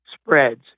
spreads